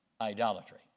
Idolatry